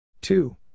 Two